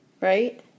Right